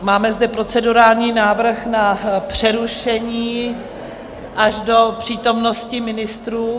Máme zde procedurální návrh na přerušení až do přítomnosti ministrů.